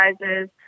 sizes